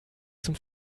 zum